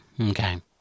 Okay